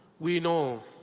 we know